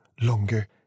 longer